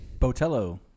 Botello